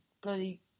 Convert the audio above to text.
bloody